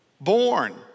born